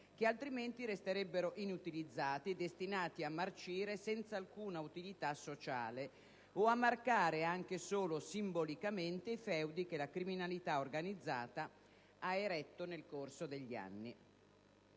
che altrimenti resterebbero inutilizzati, destinati a marcire senza alcuna utilità sociale o a marcare, anche solo simbolicamente, i feudi che la criminalità organizzata ha eretto nel corso degli anni.